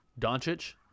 Doncic